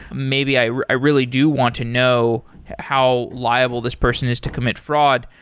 maybe i i really do want to know how liable this person is to commit fraud.